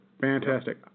Fantastic